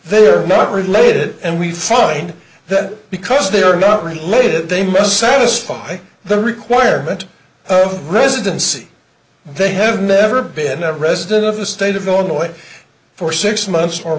they're not related and we find that because they are not related they must satisfy the requirement of residency they have never been never resident of the state of illinois for six months or